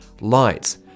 lights